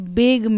big